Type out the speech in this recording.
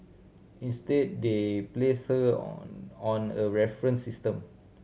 instead they placed her on on a reference system